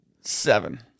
seven